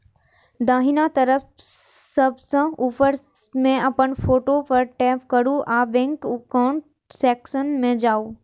दाहिना तरफ सबसं ऊपर मे अपन फोटो पर टैप करू आ बैंक एकाउंट सेक्शन मे जाउ